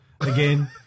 Again